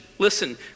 Listen